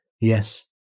Yes